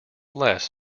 less